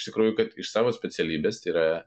iš tikrųjų kad iš savo specialybės tai yra